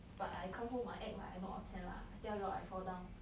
but I come home ah act like I not orh cheh lah I tell you all I fall down